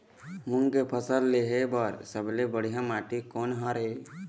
मूंग के फसल लेहे बर सबले बढ़िया माटी कोन हर ये?